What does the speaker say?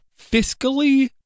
fiscally